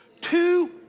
Two